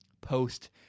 post